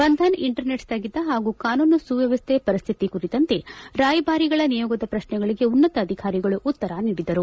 ಬಂಧನ ಇಂಟರ್ನೆಟ್ ಸ್ವಗಿತ ಪಾಗೂ ಕಾನೂನು ಸುವ್ಕವಸ್ಥೆ ಪರಿಸ್ಹಿತಿ ಕುರಿತಂತೆ ರಾಯಭಾರಿಗಳ ನಿಯೋಗದ ಪ್ರಶ್ನೆಗಳಿಗೆ ಉನ್ನತ ಅಧಿಕಾರಿಗಳು ಉತ್ತರ ನೀಡಿದರು